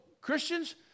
Christians